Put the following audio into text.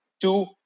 Two